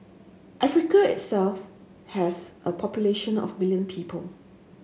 Africa itself has a population of million people